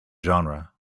genre